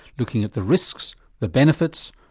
looking at the risks, the benefits,